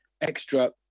extra